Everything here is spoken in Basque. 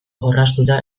orraztuta